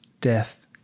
death